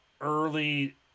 early